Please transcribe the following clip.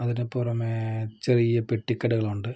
അതിനു പുറമേ ചെറിയ പെട്ടിക്കടകൾ ഉണ്ട്